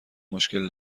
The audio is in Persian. مشکل